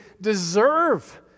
deserve